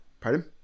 pardon